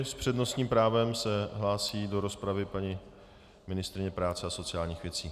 S přednostním právem se hlásí do rozpravy paní ministryně práce a sociálních věcí.